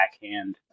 backhand